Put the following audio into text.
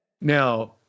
Now